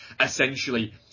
essentially